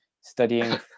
studying